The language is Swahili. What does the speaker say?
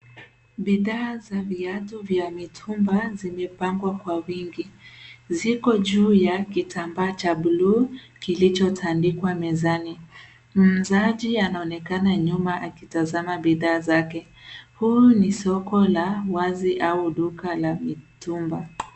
Bidhaa ya viatu vya mitumba vimepangwa kwa wingi. Ziko juu ya kitamba cha buluu kilichotandikwa mezani. Muuzaji anaonekana nyuma akitazama bidhaa zake. Huu ni soko la wazi au duka la mitumba.